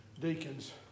Deacons